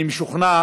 אני משוכנע